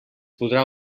podrà